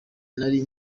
nari